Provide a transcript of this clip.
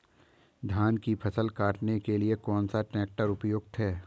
धान की फसल काटने के लिए कौन सा ट्रैक्टर उपयुक्त है?